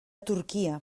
turquia